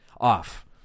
off